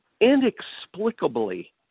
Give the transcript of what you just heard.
inexplicably